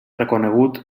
reconegut